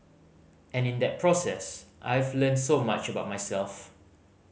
and in that process I've learnt so much about myself